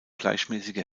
gleichmäßige